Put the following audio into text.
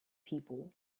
people